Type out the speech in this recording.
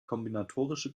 kombinatorische